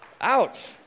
Ouch